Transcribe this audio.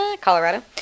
Colorado